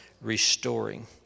restoring